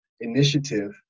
initiative